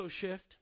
shift